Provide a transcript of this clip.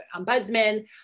ombudsman